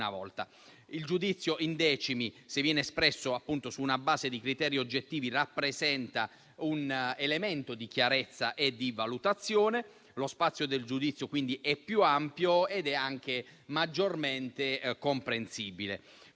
volta. Il giudizio in decimi, se viene espresso su una base di criteri oggettivi, rappresenta un elemento di chiarezza e di valutazione. Lo spazio del giudizio, quindi, è più ampio ed è anche maggiormente comprensibile.